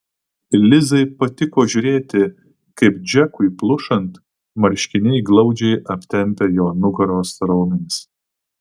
lizai patiko žiūrėti kaip džekui plušant marškiniai glaudžiai aptempia jo nugaros raumenis